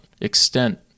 extent